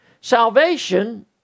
Salvation